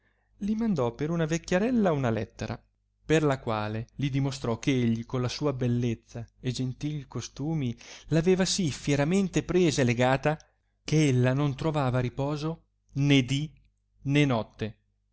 li mandò per una vecchiarella una lettera per la quale li dimostrò che egli con la sua bellezza e gentil costumi aveva sì fieramente presa e legata che ella non trovava riposo né di né notte